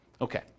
Okay